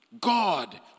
God